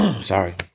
sorry